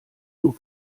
nur